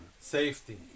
safety